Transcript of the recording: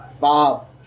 bob